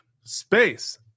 Space